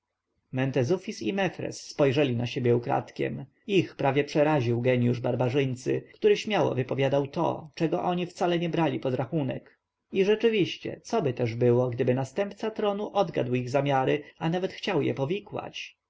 mefres spojrzeli na siebie ukradkiem ich prawie przeraził genjusz barbarzyńcy który śmiało wypowiadał to czego oni wcale nie brali pod rachunek i rzeczywiście coby też było gdyby następca tronu odgadł ich zamiary a nawet chciał je powikłać